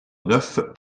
neuf